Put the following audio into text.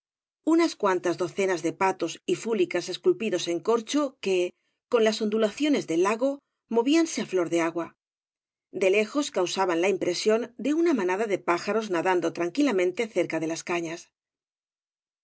unas cuantas docenas de patos y fúlicas esculpidos en corcho que con las ondulaciones del lago movíanse á flor de agua de lejos causaban la impresión de una manada de pájí ros nadando tranquilamente cerca de las cañas